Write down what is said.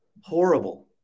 Horrible